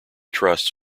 trusts